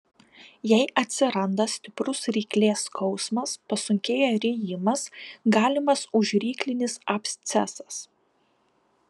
jei atsiranda stiprus ryklės skausmas pasunkėja rijimas galimas užryklinis abscesas